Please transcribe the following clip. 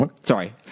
Sorry